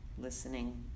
Listening